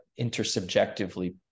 intersubjectively